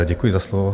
Děkuji za slovo.